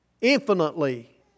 infinitely